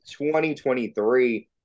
2023